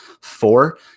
Four